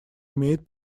имеет